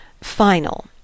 final